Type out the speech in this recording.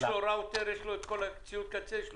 יש לו ראוטר וכל ציוד הקצה?